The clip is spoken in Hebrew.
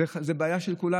זו בעיה של כולם.